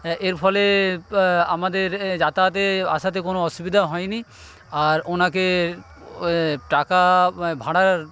এরফলে আমাদের যাতায়াতে আসাতে কোনো অসুবিধা হয়নি আর ওনাকে টাকা ভাড়ার